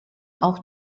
auch